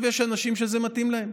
עכשיו, יש אנשים שזה מתאים להם,